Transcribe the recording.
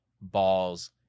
balls